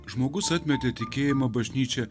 žmogus atmetė tikėjimą bažnyčią